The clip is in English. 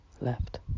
Left